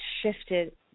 shifted